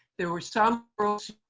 there were some